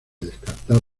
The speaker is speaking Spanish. descartar